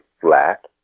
flat